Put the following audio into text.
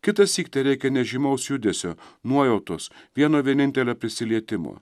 kitąsyk tereikia nežymaus judesio nuojautos vieno vienintelio prisilietimo